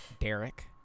Derek